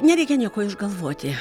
nereikia nieko išgalvoti